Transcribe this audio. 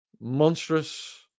monstrous